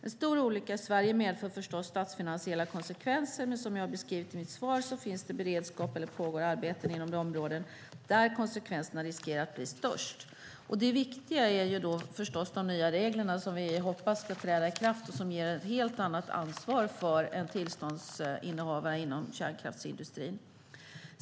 En stor olycka i Sverige medför förstås statsfinansiella konsekvenser, men som jag har beskrivit i mitt svar finns det beredskap eller pågår arbeten inom de områden där konsekvenserna riskerar att bli störst. Det viktiga är förstås de nya reglerna som vi hoppas ska träda i kraft och som ger ett helt annat ansvar för en tillståndsinnehavare inom kärnkraftsindustrin.